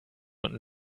und